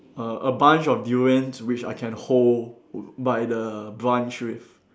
a a bunch of durians which I can hold by the branch with